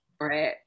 right